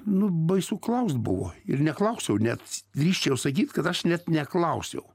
nu baisu klaust buvo ir neklausiau net drįsčiau sakyt kad aš net neklausiau